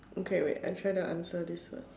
okay wait I try to answer this first